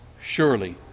Surely